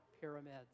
pyramids